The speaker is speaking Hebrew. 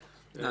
נעשו.